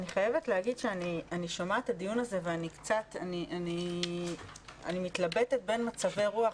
אני חייבת להגיד שאני שומעת את הדיון הזה ואני מתלבטת בין מצבי הרוח,